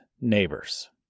neighbors